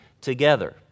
together